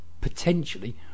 potentially